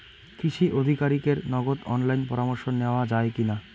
কৃষি আধিকারিকের নগদ অনলাইন পরামর্শ নেওয়া যায় কি না?